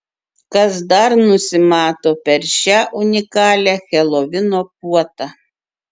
kas dar nusimato per šią unikalią helovino puotą